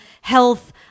health